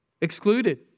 Excluded